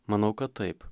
manau kad taip